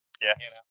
Yes